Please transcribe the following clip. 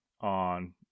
On